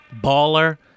baller